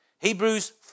Hebrews